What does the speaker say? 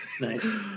nice